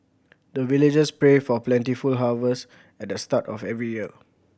the villagers pray for plentiful harvest at the start of every year